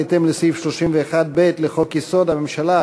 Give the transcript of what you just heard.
בהתאם לסעיף 31(ב) לחוק-יסוד: הממשלה,